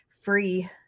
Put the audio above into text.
free